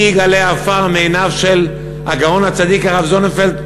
מי יגלה עפר מעיניו של הגאון הצדיק הרב זוננפלד,